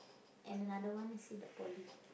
and another one is in the poly